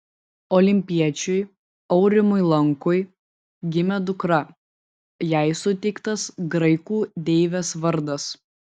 olimpiečiui aurimui lankui gimė dukra jai suteiktas graikų deivės vardas